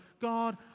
God